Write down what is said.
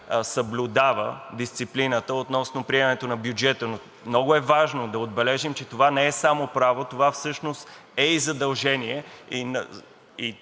съблюдава дисциплината относно приемането на бюджета, но е много важно да отбележим, че това не е само право, а това всъщност е и задължение и